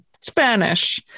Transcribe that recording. Spanish